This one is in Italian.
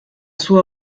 sua